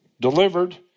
delivered